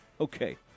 okay